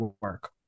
work